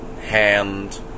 hand